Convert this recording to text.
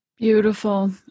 Beautiful